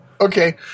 Okay